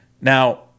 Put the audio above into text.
Now